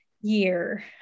year